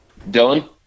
Dylan